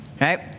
Right